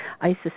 Isis